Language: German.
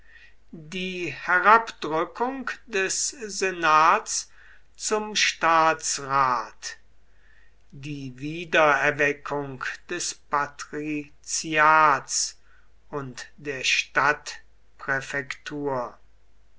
die herabdrückung des senats zum staatsrat die wiedererweckung des patriziats und der